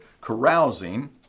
carousing